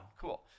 Cool